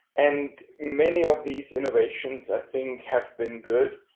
and many of these innovations i think have been good.